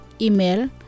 Email